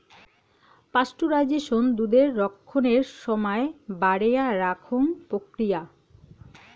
pasteurisation দুধের রক্ষণের সমায় বাড়েয়া রাখং প্রক্রিয়া